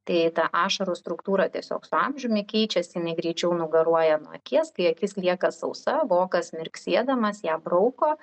tai ta ašarų struktūra tiesiog su amžiumi keičiasi jinai greičiau nugaruoja nuo akies kai akis lieka sausa vokas mirksėdamas ją brauko